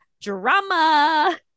drama